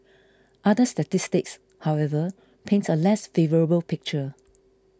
other statistics however paint a less favourable picture